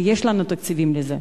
ויש לנו תקציבים לזה.